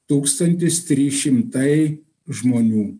tūkstantis trys šimtai žmonių